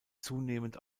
zunehmend